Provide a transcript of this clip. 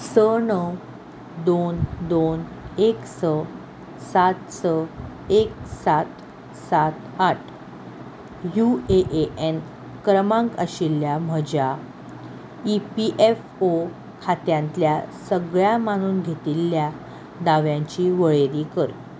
स णव दोन दोन एक स सात स एक सात सात आठ यु ए ए एन क्रमांक आशिल्ल्या म्हज्या ई पी एफ ओ खात्यांतल्या सगळ्या मानून घेतिल्ल्या दाव्यांची वळेरी कर